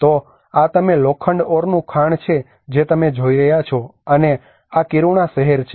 તો આ તમે લોખંડ ઓરનું ખાણ છે જે તમે જોઇ રહ્યાં છો અને આ કિરુણા શહેર છે